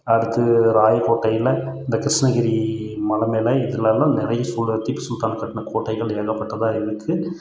அடுத்தது ராயக்கோட்டையில் இந்த கிருஷ்ணகிரி மலை மேலே இதெலலாம் நிறைய திப்பு சுல்தான் கட்டின கோட்டைகள் ஏகப்பட்டதாக இருக்குது